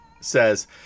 says